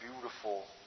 beautiful